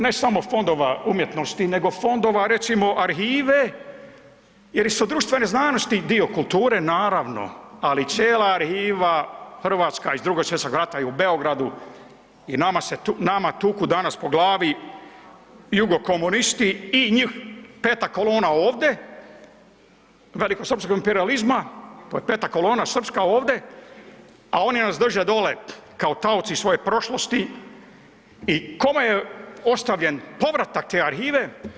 Ne samo fondova umjetnosti nego fondova recimo arhive jer su društvene znanosti dio kulture, naravno, ali i cijela arhiva hrvatska iz Drugog svjetskog rata je u Beogradu i nama se, nama tuku danas po glavi jugokomunisti i njih peta kolona ovde, velikosrpskog imperijalizma, to je peta kolona srpska ovde, a oni vas drže dole kao taoci svoje prošlosti i kome je ostavljen povratak te arhive?